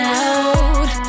out